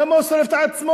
למה הוא שורף את עצמו,